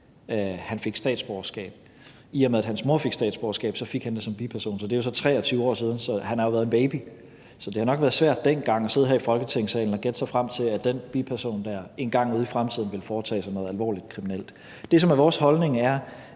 han fik statsborgerskab. I og med at hans mor fik statsborgerskab, fik han det som biperson. Det er jo så 23 år siden, så han har jo været en baby. Så det har nok været svært dengang at sidde her i Folketingssalen og gætte sig til, at den biperson engang ude i fremtiden ville begå noget alvorlig kriminalitet. Det, som er vores holdning, er,